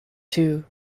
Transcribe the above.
two